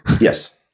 Yes